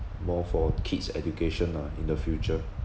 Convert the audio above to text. more for kids' education lah in the future